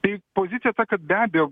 tai pozicija ta kad be abejo